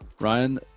Ryan